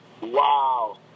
Wow